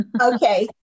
Okay